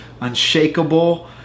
unshakable